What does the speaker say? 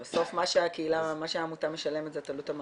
בסוף מה שהעמותה משלמת זה את עלות המעביד,